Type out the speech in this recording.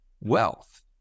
wealth